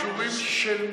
אישורים של מי?